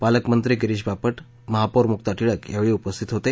पालकमंत्री गिरीष बापट महापौर मुक्ता टिळक यावेळी उपस्थित होते